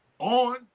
on